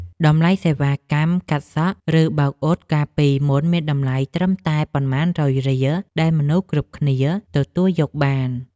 តម្លៃសេវាកម្មកាត់សក់ ឬបោកអ៊ុតកាលពីមុនមានតម្លៃត្រឹមតែប៉ុន្មានរយរៀលដែលមនុស្សគ្រប់គ្នាទទួលយកបាន។